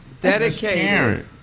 Dedicated